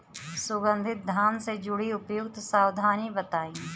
सुगंधित धान से जुड़ी उपयुक्त सावधानी बताई?